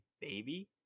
baby